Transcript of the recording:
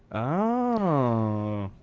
oh.